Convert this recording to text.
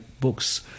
books